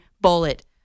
bullet